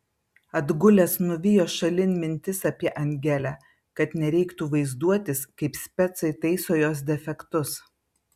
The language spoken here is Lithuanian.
atgulęs nuvijo šalin mintis apie angelę kad nereiktų vaizduotis kaip specai taiso jos defektus